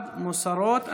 מוסרות.